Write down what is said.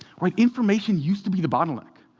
like information used to be the bottleneck.